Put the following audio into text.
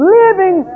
living